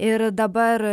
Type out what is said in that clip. ir dabar